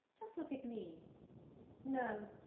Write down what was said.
just look at me no,